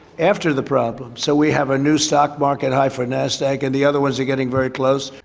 after the problem. so we have a new stock market high for nasdaq and the other ones are getting very close.